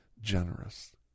generous